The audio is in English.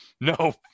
no